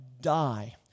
die